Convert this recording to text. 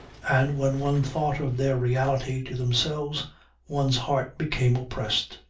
and when one thought of their reality to themselves one's heart became oppressed.